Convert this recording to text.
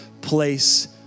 place